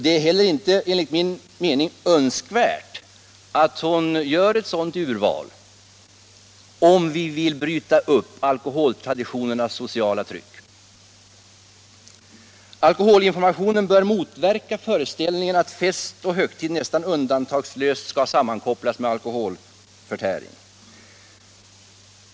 Det är enligt min mening inte heller önskvärt att man gör ett sådant urval, om man vill bryta upp alkoholtraditionernas sociala tryck. Alkoholinformationen bör motverka föreställningen att fest och högtid nästan undantagslöst skall sammankopplas med alkoholförtäring.